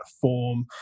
form